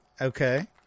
Okay